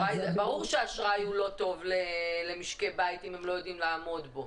ברור שאשראי הוא לא טוב למשקי בית אם הם לא יודעים לעמוד בו,